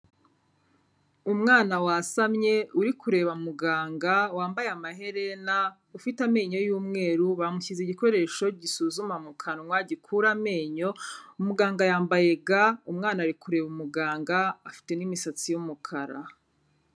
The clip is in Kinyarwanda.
Umwana wasamye, uri kureba muganga, wambaye amaherena, ufite amenyo y'umweru, bamushyize igikoresho gisuzuma mu kanwa, gikura amenyo, umuganga yambaye ga, umwana ari kureba umuganga, afite n'imisatsi y'umukara.